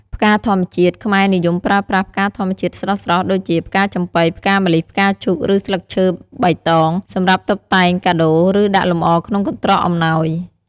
ផ្កាធម្មជាតិ ខ្មែរនិយមប្រើប្រាស់ផ្កាធម្មជាតិស្រស់ៗ ដូចជា ផ្កាចំប៉ី ផ្កាម្លិះ ផ្កាឈូក ឬ ស្លឹកឈើបៃតង សម្រាប់តុបតែងកាដូរ ឬដាក់លម្អក្នុងកន្ត្រកអំណោយ។